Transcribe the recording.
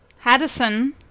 Haddison